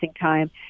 time